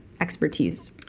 expertise